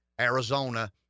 Arizona